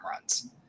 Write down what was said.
runs